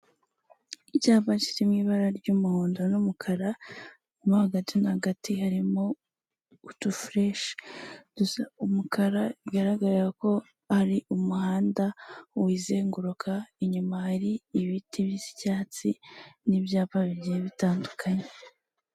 Icyapa kiri mu ibara ry'umuhondo n'umukara mo hagati na hagati harimo udufureshi dusa umukara, bigaragara ko ari umuhanda wizenguruka, inyuma hari ibiti by'icyatsi n'ibyapa bigiye bitandukanye.